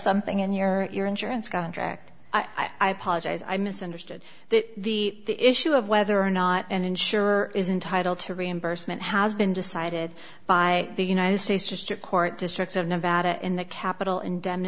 something in your insurance contract i apologize i misunderstood that the issue of whether or not an insurer is entitled to reimbursement has been decided by the united states district court district of nevada in the capital inde